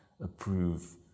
approve